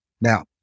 Now